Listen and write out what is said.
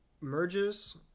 Merges